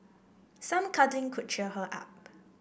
some cuddling could cheer her up